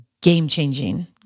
game-changing